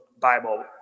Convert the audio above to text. Bible